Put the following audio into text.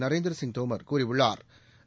நரேந்திரசிங் தோமா் கூறியுள்ளா்